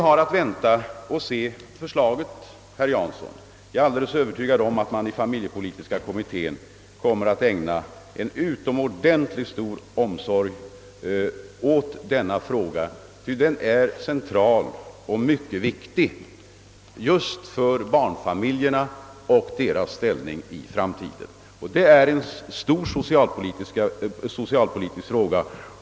Jag är alldeles övertygad om att man i familjepolitiska kommittén kommer att ägna utomordentligt stor omsorg åt denna fråga, ty den är central och mycket viktig just för barnfamiljerna och deras ställning i framtiden. Det är en stor socialpolitisk fråga.